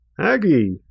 Aggie